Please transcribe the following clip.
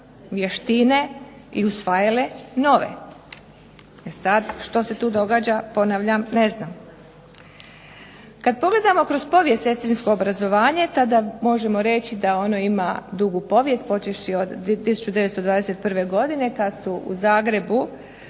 vještine i usvajale nove, e sada što se tu događa, ponavljam ne znam. Kada pogledamo kroz povijest sestrinsko obrazovanje tako možemo reći da ono ima dugu povijest počevši od 1921. godine kada su u zagrebu